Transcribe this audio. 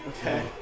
Okay